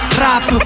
rap